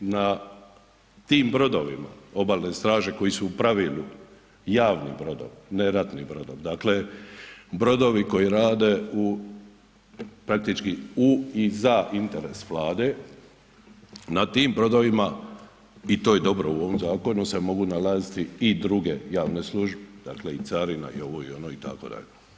Na tim brodovima Obalne straže koji su u pravilu javni brodovi, ne ratni brodovi, dakle brodovi koji rade u praktički u i za interes Vlade, na tim brodovima i to je dobro, u ovom zakonu se mogu nalaziti i druge javne službe, dakle i carina i ovo i ono itd.